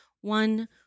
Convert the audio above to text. one